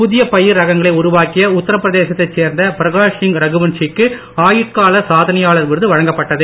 புதிய பயிர் ரகங்களை உருவாக்கிய உத்தரப்பிரதேசத்தைச் சேர்ந்த பிரகாஷ்சிய் ரகுவன்ஷிக்கு ஆயுட்கால சாதனையாளர் விருது வழங்கப்பட்டது